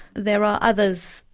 there are others,